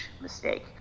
mistake